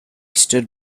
stood